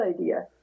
idea